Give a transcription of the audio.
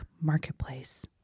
Marketplace